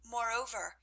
Moreover